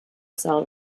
cell